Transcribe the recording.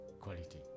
quality